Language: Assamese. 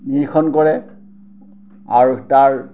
নিৰীক্ষণ কৰে আৰু তাৰ